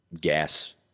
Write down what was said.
gas